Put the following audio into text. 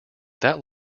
that